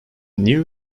new